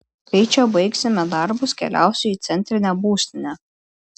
kai čia baigsime darbus keliausiu į centrinę būstinę